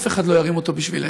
אף אחד לא ירים אותו בשבילנו.